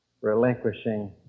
relinquishing